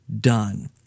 done